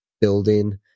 building